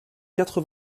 quatre